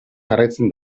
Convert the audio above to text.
jarraitzen